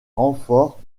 renforts